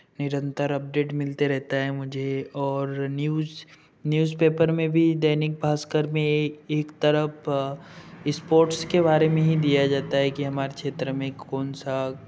निरंतर अपडेट मिलते रहता है मुझे और न्यूज़ न्यूज़पेपर में भी दैनिक भास्कर में एक एक तरफ स्पोर्ट्स के बारे में ही दिया जाता है कि हमारे क्षेत्र में कौन सा